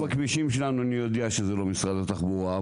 אני יודע שזה לא משרד התחבורה,